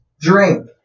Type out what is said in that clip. drink